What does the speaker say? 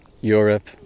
Europe